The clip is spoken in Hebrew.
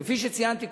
כפי שציינתי קודם,